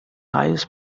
highest